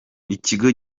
kigo